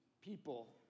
people